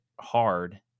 hard